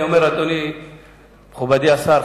אדוני מכובדי השר,